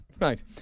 Right